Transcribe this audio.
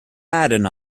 madden